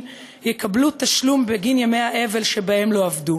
יקבלו תשלום בגין ימי האבל שבהם לא עבדו.